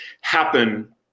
happen